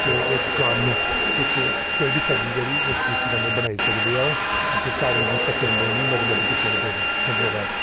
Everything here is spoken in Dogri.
अते इस कारण तुस कोई बी सब्जी जेह्ड़ी जिस तरीके कन्नै बनाई सकदे ओ अते सारें गी पसंद औनी मती मती पसंद औनी धन्यवाद